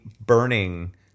burning